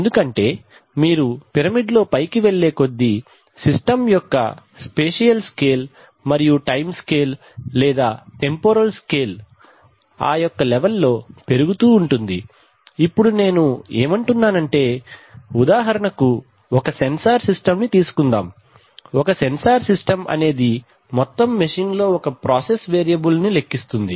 ఎందుకంటే మీరు పిరమిడ్ లో పైకి వెళ్ళే కొద్దీ సిస్టమ్ యొక్క స్పెషియల్ స్కేల్ మరియు టైం స్కేల్ లేదా టెంపొరల్ స్కేల్ ఆ యొక్క లెవెల్ లో పెరుగుతూ ఉంటుంది ఇప్పుడు నేను ఏమంటున్నానంటే ఉదాహరణకు ఒక సెన్సార్ సిస్టం ని తీసుకుందాం ఒక సెన్సార్ సిస్టం అనేది మొత్తం మెషిన్ లో ఒక ప్రాసెస్ వేరియబుల్ లెక్కిస్తుంది